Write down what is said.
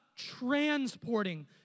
transporting